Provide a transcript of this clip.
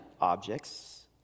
objects